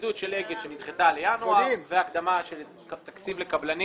הצטיידות של אגד שנדחתה לינואר והקדמה של תקציב לקבלנים,